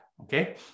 Okay